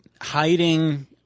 hiding